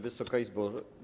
Wysoka Izbo!